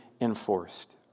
enforced